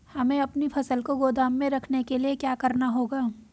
हमें अपनी फसल को गोदाम में रखने के लिये क्या करना होगा?